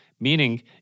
meaning